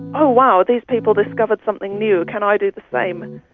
oh wow, these people discovered something new, can i do the same.